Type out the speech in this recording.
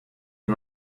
and